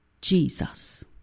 Jesus